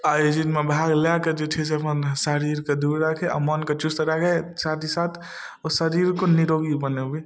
आयोजनमे भाग लऽ कऽ जे छै से अपन शरीरके दूर राखै आओर मोनके चुस्त राखै साथ ही साथ ओ शरीरके निरोगी बनबै